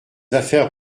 affaires